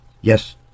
Yes